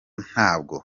ntabwo